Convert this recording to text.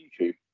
YouTube